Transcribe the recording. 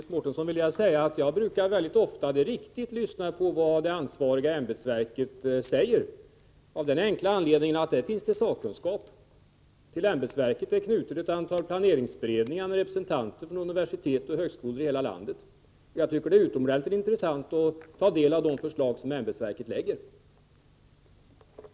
Herr talman! Till Iris Mårtensson vill jag säga att jag ofta brukar lyssna på vad det ansvariga ämbetsverket säger av den enkla anledningen att där finns sakkunskap. Till ämbetsverket är knutna ett antal planeringsberedningar med representanter för universitet och högskolor i hela landet. Jag tycker det är utomordentligt intressant att ta del av de förslag som ämbetsverket lägger fram.